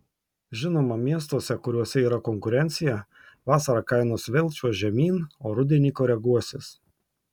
žinoma miestuose kuriuose yra konkurencija vasarą kainos vėl čiuoš žemyn o rudenį koreguosis